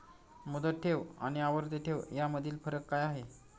मुदत ठेव आणि आवर्ती ठेव यामधील फरक काय आहे?